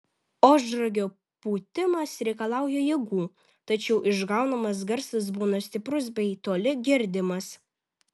ožragio pūtimas reikalauja jėgų tačiau išgaunamas garsas būna stiprus bei toli girdimas